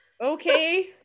okay